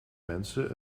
mensen